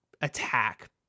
attack